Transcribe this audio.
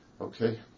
Okay